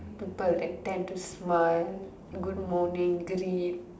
people like tend to smile good morning greet